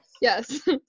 Yes